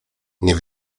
nie